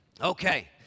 Okay